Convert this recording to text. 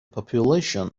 population